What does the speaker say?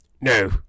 no